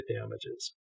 damages